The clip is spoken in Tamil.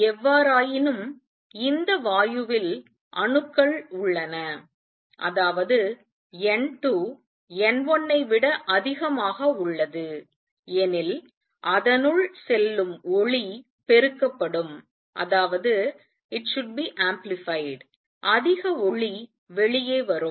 எவ்வாறாயினும் இந்த வாயுவில் அணுக்கள் உள்ளன அதாவது N2 N1 ஐ விட அதிகமாக உள்ளது எனில் அதனுள் செல்லும் ஒளி பெருக்கப்படும் அதிக ஒளி வெளியே வரும்